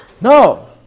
No